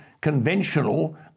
conventional